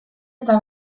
eta